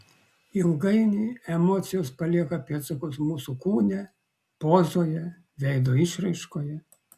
ilgainiui emocijos palieka pėdsakus mūsų kūne pozoje veido išraiškoje